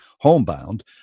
homebound